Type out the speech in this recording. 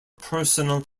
personal